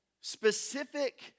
specific